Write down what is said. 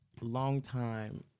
longtime